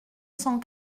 cent